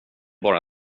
bara